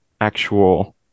actual